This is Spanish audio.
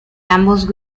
ambos